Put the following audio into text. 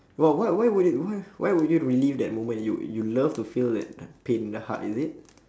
but what why would it why why would you relive that moment you you love to feel that uh pain in the heart is it